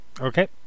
Okay